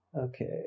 okay